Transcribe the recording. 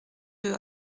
deux